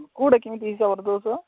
କେଉଁଟା କେମିତି ହିସାବରେ ଦେଉଛ